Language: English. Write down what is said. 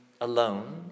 alone